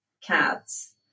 cats